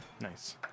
Nice